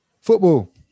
football